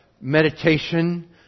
meditation